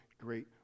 great